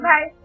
Bye